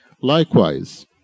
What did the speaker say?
Likewise